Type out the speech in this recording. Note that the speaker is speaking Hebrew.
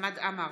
חמד עמאר,